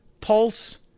pulse